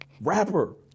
Rapper